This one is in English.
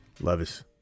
Levis